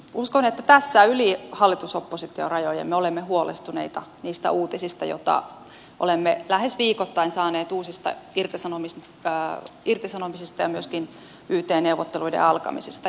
uskon että tässä yli hallitusoppositio rajojen me olemme huolestuneita niistä uutisista joita olemme lähes viikoittain saaneet uusista irtisanomisista ja myöskin yt neuvotteluiden alkamisista